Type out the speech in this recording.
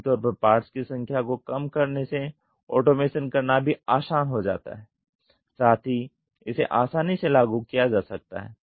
आमतौर पर पार्ट की संख्या को कम करने से ऑटोमेशन करना भी आसान हो जाता है साथ ही इसे आसानी से लागू किया जा सकता है